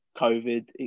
covid